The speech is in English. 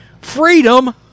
freedom